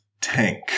tank